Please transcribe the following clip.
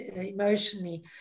emotionally